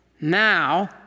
Now